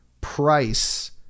price